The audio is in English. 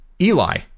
Eli